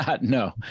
No